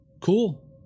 cool